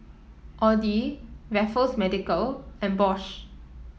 Audi Raffles Medical and Bosch